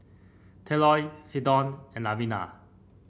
Tylor Seldon and